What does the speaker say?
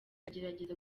agerageza